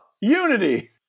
Unity